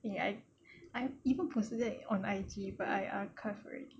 eh I I even posted that on I_G but I archive already